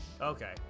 Okay